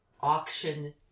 auction